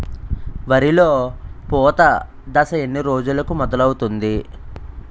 వరిలో పూత దశ ఎన్ని రోజులకు మొదలవుతుంది?